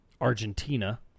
Argentina